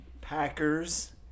Packers